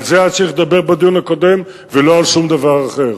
על זה היה צריך לדבר בדיון הקודם ולא על שום דבר אחר.